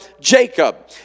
Jacob